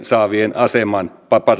saavien aseman